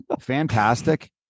Fantastic